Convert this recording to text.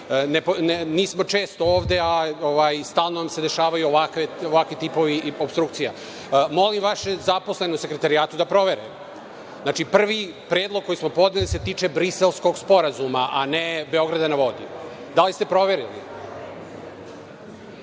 Nismo često ovde, a stalno nam se dešavaju ovakvi tipovi opstrukcija. Molim vaše zaposlene u Sekretarijatu da provere. Znači, prvi predlog koji smo podneli se tiče Briselskog sporazuma, a ne „Beograda na vodi“. Da li ste proverili?